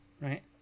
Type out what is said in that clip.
right